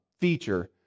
feature